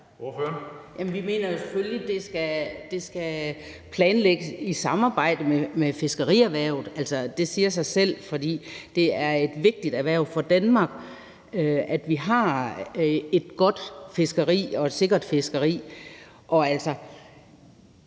Lise Bech (DD): Vi mener jo selvfølgelig, at det skal planlægges i samarbejde med fiskerierhvervet. Det siger sig selv. For det er et vigtigt erhverv for Danmark, at vi har et godt og et sikkert fiskeri. Jeg tror